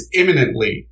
imminently